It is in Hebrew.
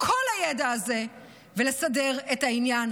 כל הידע הזה ולסדר את העניין.